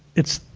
it's,